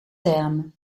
terme